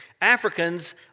Africans